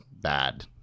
bad